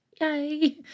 Yay